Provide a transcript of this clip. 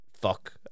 fuck